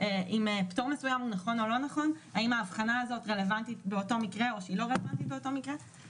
זאת הגדרה רפואית לכל דבר.